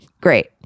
Great